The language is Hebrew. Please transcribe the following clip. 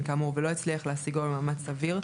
כאמור ולא הצליח להשיגו במאמץ סביר,